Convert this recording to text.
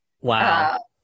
Wow